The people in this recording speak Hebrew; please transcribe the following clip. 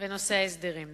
ונושא ההסדרים.